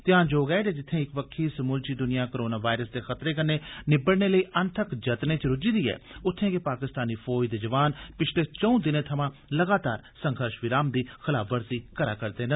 ध्यान जोग ऐ जे जित्थे इक बक्खी समूलची दुनिया कोरोना वायरस दे खतरे कन्नै निबड़ने लेई अनथक जतनें च रुज्झी दी ऐ उत्थें गै पाकिस्तानी फौज दे जवान पिछले चंऊ दिनें थमां लगातार संघर्ष विराम दी खलाफवर्जी करै करदे न